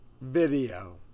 video